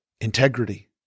Integrity